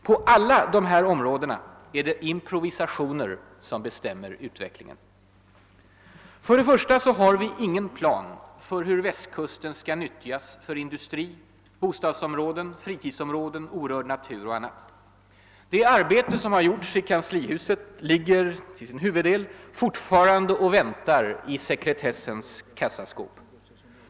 På alla de här områdena är det improvisationer som bestämmer utvecklingen. För det första har vi ingen plan för hur Västkusten skall nyttjas för industri, bostadsområden, fritidsområden, orörd natur och annat. Resultatet av det arbete som gjorts i kanslihuset ligger till sin huvuddel fortfarande och väntar i sekretessens kassaskåp.